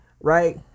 Right